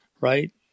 right